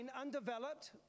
undeveloped